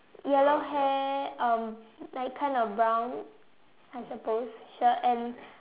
yellow hair um like kind of brown I suppose shirt and